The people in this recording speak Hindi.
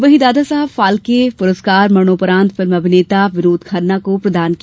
वहीं दादा साहेब फाल्के पुरस्कार मरणोपरान्त फिल्म अभिनेता विनोद खन्ना को प्रदान किया